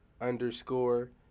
underscore